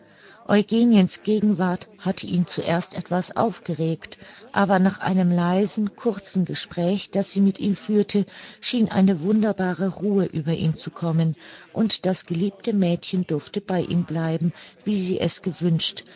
eugeniens gegenwart hatte ihn zuerst etwas aufgeregt aber nach einem leisen kurzen gespräch das sie mit ihm führte schien eine wunderbare ruhe über ihn zu kommen und das geliebte mädchen durfte bei ihm bleiben wie sie es gewünscht